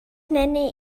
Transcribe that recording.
nenne